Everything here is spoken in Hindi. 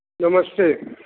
नमस्ते